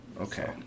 Okay